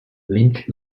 lynch